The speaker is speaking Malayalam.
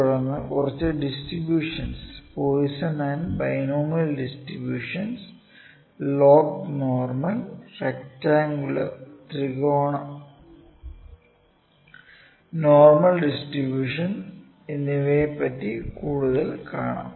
തുടർന്ന് കുറച്ച് distributions Poisson and binomial distributions log normal rectangular ത്രികോണ നോർമൽ ഡിസ്ട്രിബൂഷൻ എന്നിവയെ പറ്റി കൂടുതൽ കാണാം